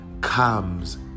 comes